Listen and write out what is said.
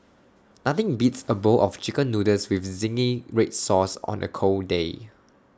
nothing beats A bowl of Chicken Noodles with Zingy Red Sauce on A cold day